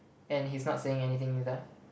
and he's not saying anything either